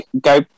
go